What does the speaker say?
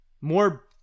more